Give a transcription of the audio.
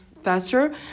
faster